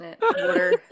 Water